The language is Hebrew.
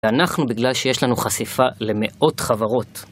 ואנחנו בגלל שיש לנו חשיפה למאות חברות.